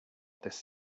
this